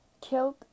killed